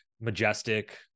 majestic